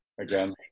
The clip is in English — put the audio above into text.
again